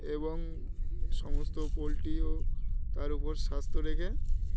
এবং সমস্ত পোলট্রিও তার উপর স্বাস্থ্য রেখে